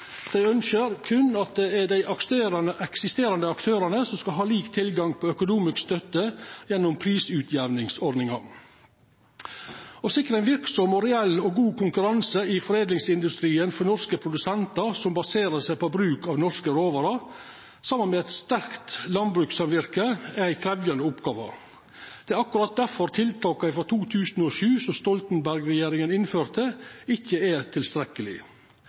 Dei ønskjer berre at det er dei eksisterande aktørane som skal ha lik tilgang på økonomisk støtte gjennom prisutjamningsordninga. Å sikra ein verksam, reell og god konkurranse i foredlingsindustrien for norske produsentar som baserer seg på bruk av norske råvarer, saman med eit sterkt landbrukssamverke, er ei krevjande oppgåve. Det er akkurat derfor tiltaka frå 2007 som Stoltenberg-regjeringa innførte, ikkje er